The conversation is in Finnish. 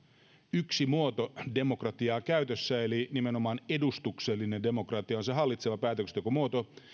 yksi muoto demokratiaa käytössä eli nimenomaan edustuksellisen demokratia on se hallitseva päätöksentekomuoto